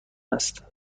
است